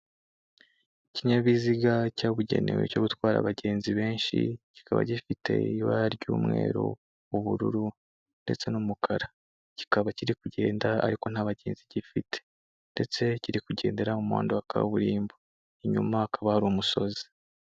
Ikinyabiziga cyabugenewe cyo gutwara abagenzi benshi, kikaba gifite ibara ry'umweru, ubururu ndetse n'umukara, kikaba kiri kugenda ariko nta bagenzi gifite ndetse kiri kugendera mu muhanda wa kaburimbo inyuma hakaba hari umusozi.